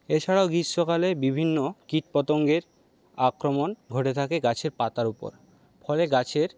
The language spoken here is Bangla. এছাড়াও গ্রীষ্মকালে বিভিন্ন কীটপতঙ্গের আক্রমণ ঘটে থাকে গাছের পাতার ওপর ফলে গাছের